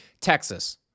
Texas